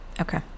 Okay